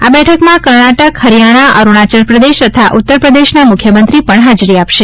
આ બેઠકમાં કર્ણાટક હરિયાણા અરુણાચલ પ્રદેશ તથા ઉત્તર પ્રદેશના મુખ્યમંત્રી પણ હાજરી આપશે